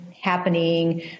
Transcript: happening